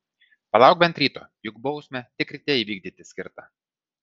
palauk bent ryto juk bausmę tik ryte įvykdyti skirta